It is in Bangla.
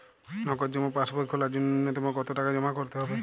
নগদ জমা পাসবই খোলার জন্য নূন্যতম কতো টাকা জমা করতে হবে?